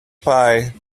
pie